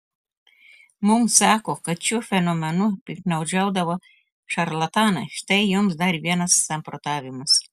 mums sako kad šiuo fenomenu piktnaudžiaudavo šarlatanai štai jums dar vienas samprotavimas